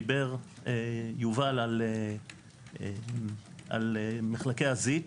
דיבר יובל על מחלקי הזיט,